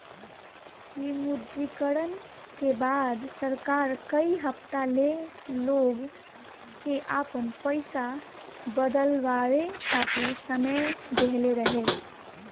विमुद्रीकरण के बाद सरकार कई हफ्ता ले लोग के आपन पईसा बदलवावे खातिर समय देहले रहे